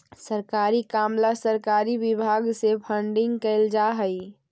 सरकारी काम ला सरकारी विभाग से फंडिंग कैल जा हई